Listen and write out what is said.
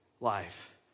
life